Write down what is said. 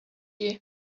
you